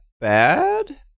bad